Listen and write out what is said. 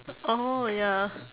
oh ya